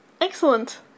Excellent